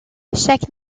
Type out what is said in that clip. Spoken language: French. chaque